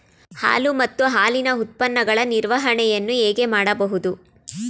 ಹಾಲು ಮತ್ತು ಹಾಲಿನ ಉತ್ಪನ್ನಗಳ ನಿರ್ವಹಣೆಯನ್ನು ಹೇಗೆ ಮಾಡಬಹುದು?